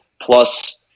plus